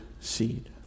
seed